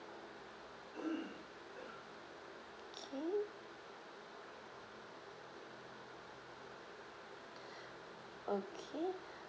okay okay